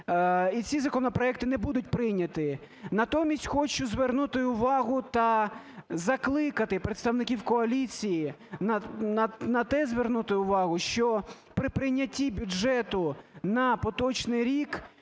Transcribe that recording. і ці законопроекти не будуть прийняті. Натомість, хочу звернути увагу та закликати представників коаліції, на те звернути увагу, що при прийнятті бюджету на поточний рік,